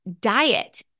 Diet